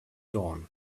dawn